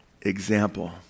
example